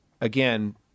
again